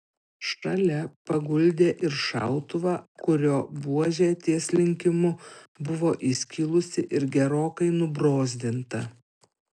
šalia paguldė ir šautuvą kurio buožė ties linkimu buvo įskilusi ir gerokai nubrozdinta